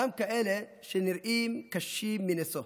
גם כאלה שנראים קשים מנשוא.